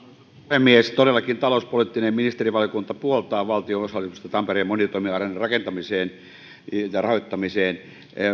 puhemies todellakin talouspoliittinen ministerivaliokunta puoltaa valtion osallistumista tampereen monitoimiareenan rakentamiseen tai rahoittamiseen